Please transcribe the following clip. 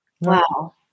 Wow